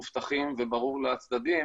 מאובטחים וברור לצדדים